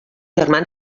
germans